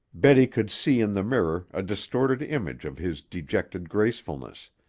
betty could see in the mirror a distorted image of his dejected gracefulness,